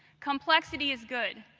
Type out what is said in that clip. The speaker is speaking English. complexity is good.